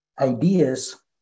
ideas